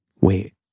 wait